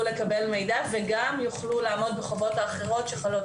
לקבל מידע וגם יוכלו לעמוד בחובות האחרות שחלות